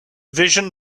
vision